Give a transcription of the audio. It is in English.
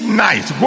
night